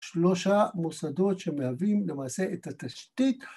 ‫שלושה מוסדות שמהווים למעשה ‫את התשתית.